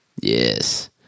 Yes